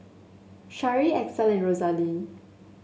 Shari Axel Rosalee